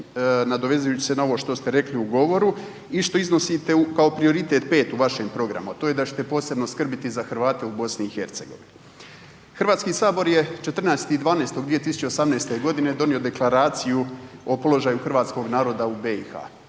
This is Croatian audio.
nadovezujući se na ovo što ste rekli u govoru i što iznosite kao prioritet 5 u vašem programu, a to je da ćete posebno skrbiti za Hrvate u BiH. Hrvatski sabor je 14.12.2018. godine donio Deklaraciju o položaju hrvatskog naroda u BiH,